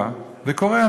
זה קורה,